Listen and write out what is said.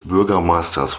bürgermeisters